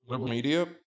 Media